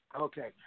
Okay